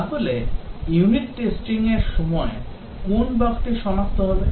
তাহলে unit testing এর সময় কোন বাগটি সনাক্ত হবে